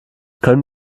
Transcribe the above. können